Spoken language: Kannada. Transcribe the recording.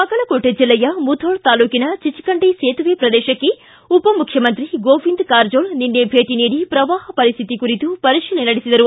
ಬಾಗಲಕೋಟೆ ಜಿಲ್ಲೆಯ ಮುಧೋಳ ತಾಲೂಕಿನ ಚಿಚಕಂಡಿ ಸೇತುವೆ ಪ್ರದೇಶಕ್ಕೆ ಉಪಮುಖ್ಯಮಂತ್ರಿ ಗೋವಿಂದ ಕಾರಜೋಳ ನಿನ್ನೆ ಭೇಟೆ ನೀಡಿ ಪ್ರವಾಹ ಪರಿಸ್ದಿತಿ ಕುರಿತು ಪರೀಶಿಲನೆ ನಡೆಸಿದರು